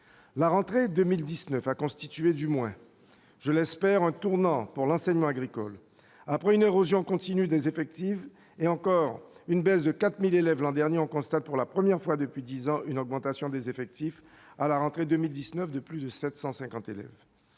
la rentrée 2019 a constitué, du moins je l'espère un tournant pour l'enseignement agricole après une érosion continue des effectifs, et encore une baisse de 4000 élèves l'an dernier, on constate pour la première fois depuis 10 ans, une augmentation des effectifs à la rentrée 2019 de plus de 750 élèves,